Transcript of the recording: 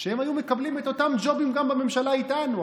שהם היו מקבלים את אותם ג'ובים גם בממשלה איתנו,